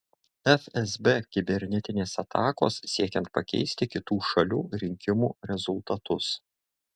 fsb kibernetinės atakos siekiant pakeisti kitų šalių rinkimų rezultatus